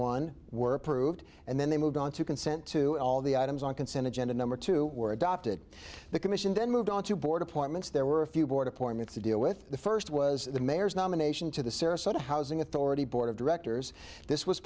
one were approved and then they moved on to consent to all the items on consented gena number two were adopted the commission then moved on to board appointments there were a few board appointments to deal with the first was the mayor's nomination to the sarasota housing authority board of directors this was